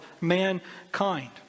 mankind